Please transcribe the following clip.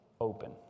open